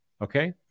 Okay